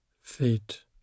feet